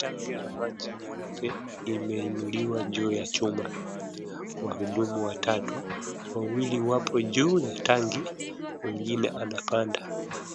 Tanki la maji nyeupe, limeinuliwa juu ya chuma, wahudumu watatu, wawili wapo juu ya tanki, mwingine anapanda.